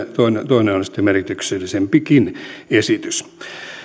sitten merkityksellisempikin esitys